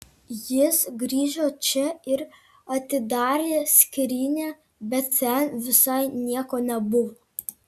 jis grįžo čia ir atidarė skrynią bet ten visai nieko nebuvo